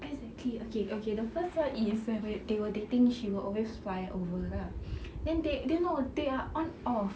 exactly okay okay the first part is when they were dating she will always fly over lah then they they know they are on off